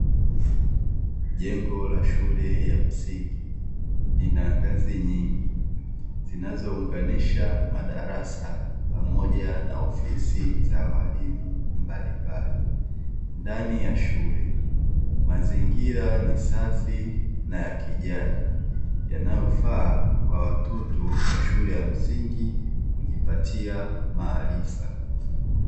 Jengo la shule ya msingi lina ngazi nyingi zinazounganisha madarasa pamoja na ofisi za walimu mbalimbali, ndani ya shule mazingira ni safi na ya kijani yanayofaa kwa watoto wa shule ya msingi kujipatia maarifa.